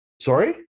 Sorry